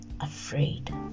afraid